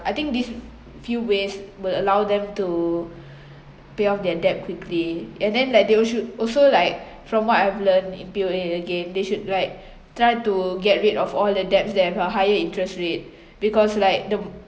I think these few ways will allow them to pay off their debt quickly and then like they should also like from what I've learned in P_O_A again they should like try to get rid of all the debts that have a higher interest rate because like the